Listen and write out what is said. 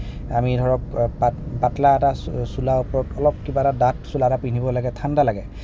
আমি ধৰক পাতলা এটা চো চোলাৰ ওপৰত অলপ কিবা এটা ডাঠ চোলা এটা পিন্ধিব লাগে ঠাণ্ডা লাগে